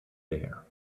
there